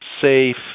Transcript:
safe